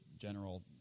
general